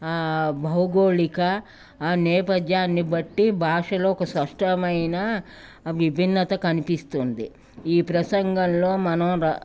భౌగోళిక ఆ నేపధ్యాన్ని బట్టి భాషలో ఒక స్పష్టమైన విభిన్నత కనిపిస్తుంది ఈ ప్రసంగంలో మనం ర